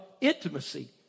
intimacy